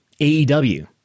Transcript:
AEW